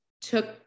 took